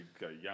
young